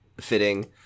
fitting